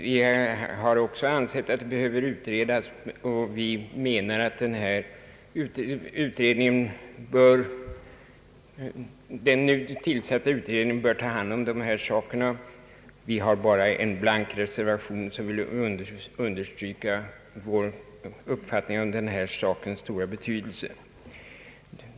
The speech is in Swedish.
Vi anser att det behöver utredas av den tillsatta utredningen, och vi har bara en blank reservation för att understryka problemets stora betydelse.